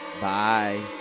Bye